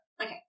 Okay